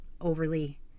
overly